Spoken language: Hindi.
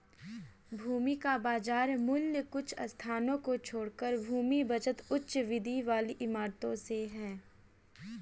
भूमि का बाजार मूल्य कुछ स्थानों को छोड़कर भूमि बचत उच्च वृद्धि वाली इमारतों से है